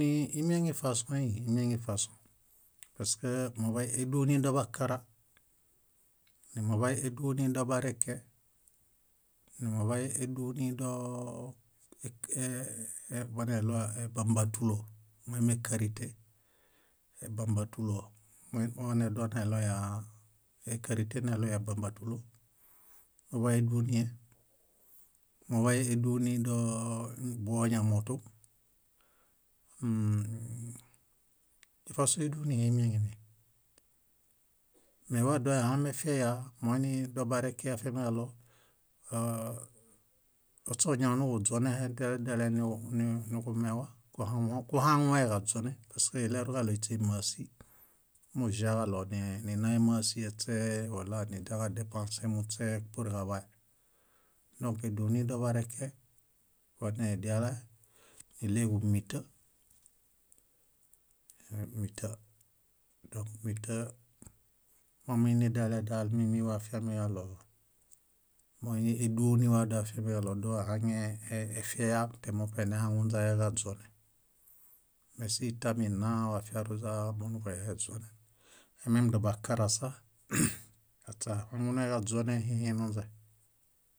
. Iduni imieŋifasõi, imieŋifasõ. Pask muḃay éduni dobakara, numuḃay éduni dobareke, numuḃay éduni dooo boneɭua bámbatulo moimi ékarite ébambatulo doneɭoya, ékarite neɭoya ébambatulo, muḃay éduni dobuoñamotu, ifasõ ídunihe imieŋemieŋ. Medowahamefiaya moinidobareke afiamiġaɭo oo- ośoñaw nuġuźonẽhe dele dele niġumewa kuhaŋo- kuhaŋũheġaźonen paske iɭeruġaɭo íśeimasi muĵaġaɭo ni- nínaemasie eśee wala niźaġadepãse purġaḃae. Dõk éduni dobareke wamediala, níɭeġumita míta. Dõk míta? Momiinidele dal mími afiamiġaɭo moini éduniwa doafiamiġaɭo doehaŋe e- e- efiaya temuṗe nehaŋuźaeġaźonen. Mésitami nna wafiaruźa monuġueheźonen. Emem dobakarasa aśe ahaŋunueġaźonẽhihinuźe